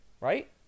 right